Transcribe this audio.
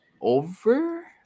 over